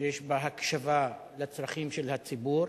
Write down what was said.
שיש בה הקשבה לצרכים של הציבור.